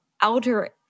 outer